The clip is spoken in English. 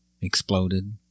exploded